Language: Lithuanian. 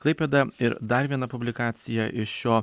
klaipėda ir dar viena publikacija iš šio